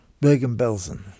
Bergen-Belsen